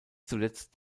zuletzt